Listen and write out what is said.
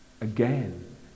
again